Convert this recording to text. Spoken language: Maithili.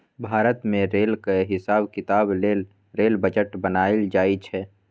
भारत मे रेलक हिसाब किताब लेल रेल बजट बनाएल जाइ छै